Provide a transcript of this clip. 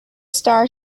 star